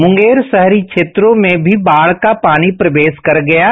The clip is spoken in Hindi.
मुंगेर शहरी क्षेत्रों में भी बाढ़ का पानी प्रवेश कर गया है